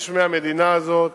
כל שמי המדינה הזו,